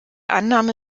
annahme